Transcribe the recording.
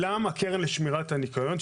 הקרן לשמירת הניקיון,